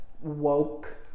woke